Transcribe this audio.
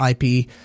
IP